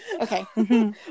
Okay